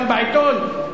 גם בעיתון,